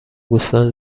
گوسفند